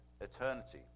eternity